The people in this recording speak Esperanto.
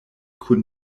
kun